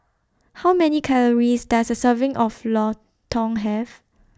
How Many Calories Does A Serving of Lontong Have